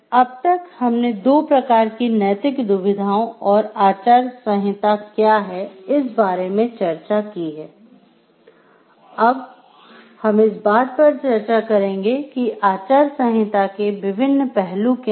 अब तक हमने दो प्रकार की नैतिक दुविधाओं और आचार संहिता क्या है इस बारे में चर्चा की है अब हम इस बात पर चर्चा करेंगे कि आचार संहिता के विभिन्न पहलू क्या हैं